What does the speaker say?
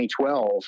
2012